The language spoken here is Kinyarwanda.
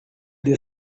the